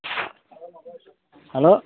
hello